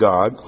God